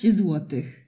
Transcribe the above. złotych